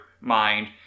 mind